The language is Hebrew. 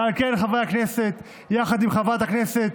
ועל כן, חברי הכנסת, יחד עם חברת הכנסת